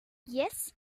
yes